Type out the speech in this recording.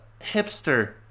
hipster